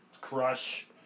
Crush